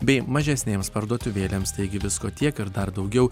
bei mažesnėms parduotuvėlėms taigi visko tiek ir dar daugiau